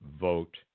vote